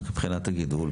מבחינת הגידול,